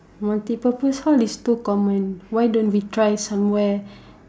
multi purpose hall is too common why don't we try somewhere